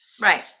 Right